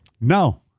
No